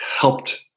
helped